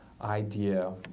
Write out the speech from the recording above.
idea